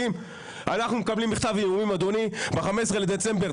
אנחנו מקבלים מכתב איומים, אדוני, ב-15 בדצמבר.